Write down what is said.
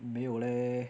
没有 leh